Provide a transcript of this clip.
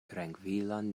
trankvilon